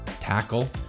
tackle